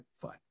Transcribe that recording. fine